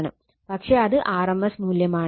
പക്ഷെ അത് rms മൂല്യമാണ്